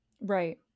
Right